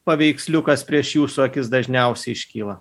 paveiksliukas prieš jūsų akis dažniausiai iškyla